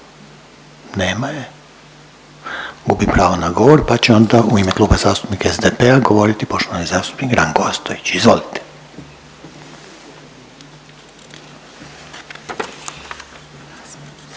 Nema je gubi pravo na govor, pa će onda u ime Kluba zastupnika SDP-a poštovani zastupnik Ranko Ostojić. Izvolite.